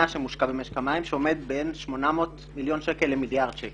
שמושקע במשק המים שעומד בין 800 מיליון שקלים למיליארד שקלים.